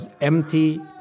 empty